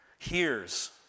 Hears